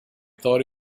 thought